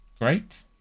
great